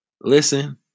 Listen